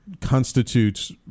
constitutes